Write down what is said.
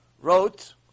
wrote